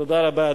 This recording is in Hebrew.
תודה רבה,